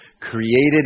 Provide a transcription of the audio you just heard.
created